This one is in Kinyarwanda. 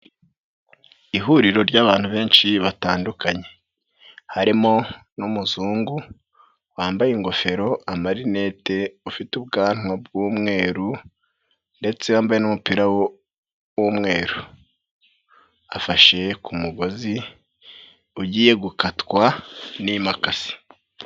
Ihuriro ry'abantu benshi batandukanye harimo n'umuzungu wambaye ingofero, amarinete, ufite ubwanwa bw'umweru ndetse wambaye n'umupira w'umweru, afashe ku mugozi ugiye gukatwa n'imakasi.